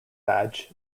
badge